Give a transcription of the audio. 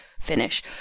finish